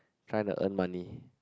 trying to earn money